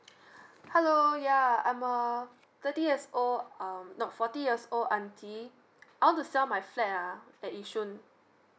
hello yeah I'm uh thirty years old um no forty years old auntie I want to sell my flat ah at yishun